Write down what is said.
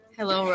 Hello